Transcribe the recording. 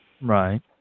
Right